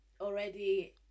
already